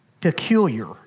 peculiar